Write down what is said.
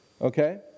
Okay